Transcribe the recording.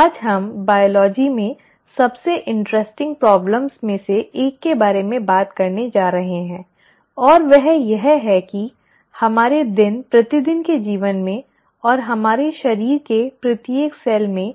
आज हम जीव विज्ञान में सबसे दिलचस्प समस्याओं में से एक के बारे में बात करने जा रहे हैं और वह यह है कि हमारे दिन प्रतिदिन के जीवन में और हमारे शरीर के प्रत्येक कोशिका में